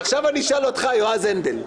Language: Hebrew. עכשיו אני שואל אותך, יועז הנדל.